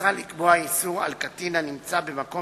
מוצע לקבוע איסור על קטין הנמצא במקום